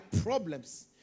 problems